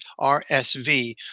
RSV